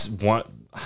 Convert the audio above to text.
one